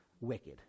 Wicked